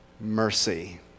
mercy